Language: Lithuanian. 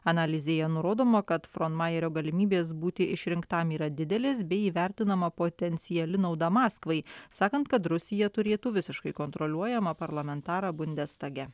analizėje nurodoma kad fronmajerio galimybės būti išrinktam yra didelės bei įvertinama potenciali nauda maskvai sakant kad rusija turėtų visiškai kontroliuojamą parlamentarą bundestage